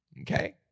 Okay